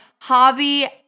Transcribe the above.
hobby